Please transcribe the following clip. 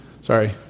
Sorry